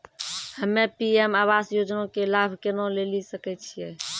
हम्मे पी.एम आवास योजना के लाभ केना लेली सकै छियै?